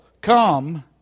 come